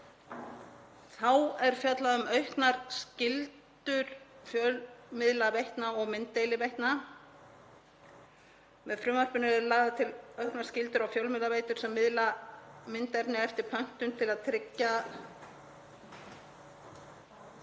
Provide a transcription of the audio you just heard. Þá er fjallað um auknar skyldur fjölmiðlaveitna og mynddeiliveitna. Með frumvarpinu eru lagðar auknar skyldur á fjölmiðlaveitur sem miðla myndefni eftir pöntun til að tryggja að